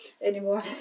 anymore